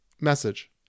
message